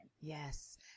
yes